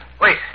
Wait